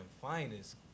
finest